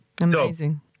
Amazing